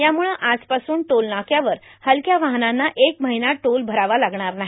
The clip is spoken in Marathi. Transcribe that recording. यामुळं आजपासून टोलनाक्यावर हलक्या वाहनांना एक महिना टोल भरावा लागणार नाही